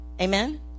Amen